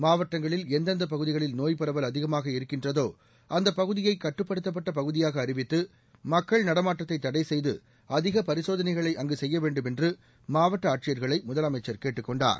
மாவட்டங்களில் எந்தெந்தப் பகுதிகளில் நோய்ப் பரவல் அதிகமாக இருக்கின்றதோ அந்தப் பகுதியை கட்டுப்படுத்தப்பட்ட பகுதியாக அறிவித்து மக்கள் நடமாட்டத்தை தடை செய்து அதிக பரிசோதனைகளை அங்கு செய்ய வேண்டும் என்று மாவட்ட ஆட்சியர்களை முதலமைச்சர் கேட்டுக் கொண்டார்